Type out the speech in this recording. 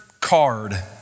card